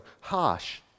harsh